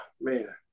man